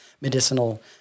medicinal